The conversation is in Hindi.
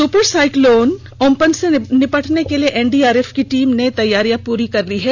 सुपर साइक्लोन अम्पन से निपटने के लिए एनडीआरएफ की टीम ने तैयारियां पूरी कर ली हैं